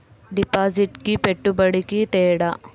డిపాజిట్కి పెట్టుబడికి తేడా?